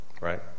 right